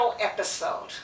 episode